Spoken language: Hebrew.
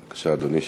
בבקשה, אדוני.